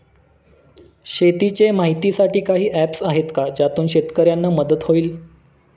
शेतीचे माहितीसाठी काही ऍप्स आहेत का ज्यातून शेतकऱ्यांना मदत होईल?